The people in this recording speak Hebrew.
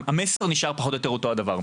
המסר נשאר פחות או יותר אותו הדבר.